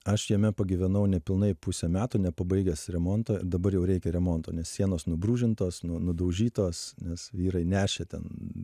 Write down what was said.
aš jame pagyvenau nepilnai pusę metų nepabaigęs remonto dabar jau reikia remonto nes sienos nubrūžintos nu nudaužytos nes vyrai nešė ten